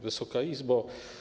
Wysoka Izbo!